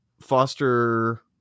foster